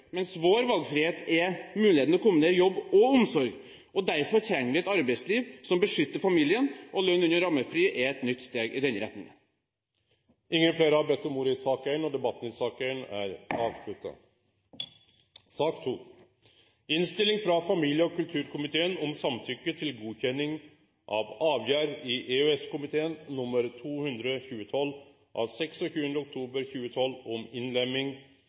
mens vår valgfrihet er muligheten til å kombinere jobb og omsorg. Derfor trenger vi et arbeidsliv som beskytter familien, og lønn under ammefri er et nytt steg i den retningen. Fleire har ikkje bedt om ordet til sak nr. 1. Ingen har bedt om ordet. Ingen har bedt om ordet. Etter ønske frå familie- og kulturkomiteen vil presidenten føreslå at taletida blir avgrensa til